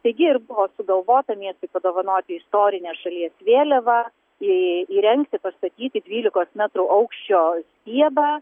taigi ir buvo sugalvota miestui padovanoti istorinę šalies vėliavą iii įrengti pastatyti dvylikos metrų aukščio stiebą